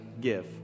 give